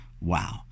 Wow